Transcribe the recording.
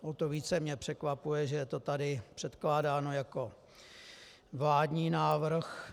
O to více mě překvapuje, že je to tady předkládáno jako vládní návrh.